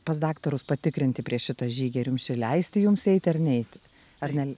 pas daktarus patikrinti prieš šitą žygį ar jums čia leisti jums eiti ar neiti ar ne